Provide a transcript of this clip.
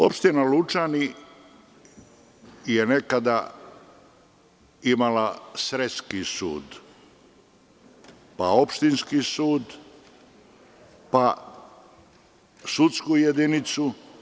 Opština Lučani je nekada imala sreski sud, pa opštinski sud, pa sudsku jedinicu.